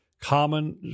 common